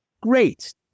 great